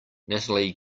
natalie